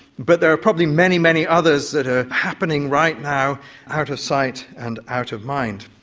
but there are probably many, many others that are happening right now out of sight and out of mind.